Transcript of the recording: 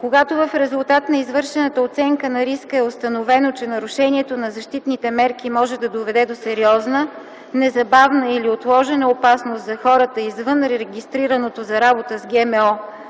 Когато в резултат на извършената оценка на риска е установено, че нарушението на защитните мерки може да доведе до сериозна, незабавна или отложена опасност за хората извън регистрираното за работа с ГМО